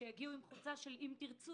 שהגיעו עם חולצה של אם תרצו,